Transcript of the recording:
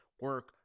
Work